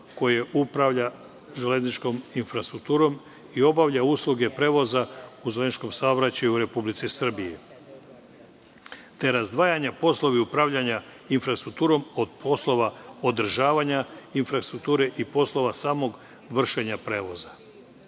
koje upravlja železničkom infrastrukturom i obavlja usluge prevoza u železničkom saobraćaju u Republici Srbiji, te razdvajanja poslova upravljanja infrastrukturom od poslova održavanja infrastrukture i poslova samog vršenja prevoza. Zakonom